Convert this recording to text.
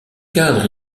cadre